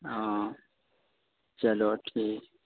اوہ چلو ٹھیک ہے